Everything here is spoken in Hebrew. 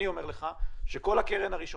אני אומר לך שכל הקרן הראשונה,